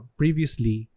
previously